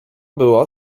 było